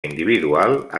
individual